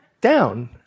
down